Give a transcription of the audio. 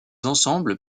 ensembles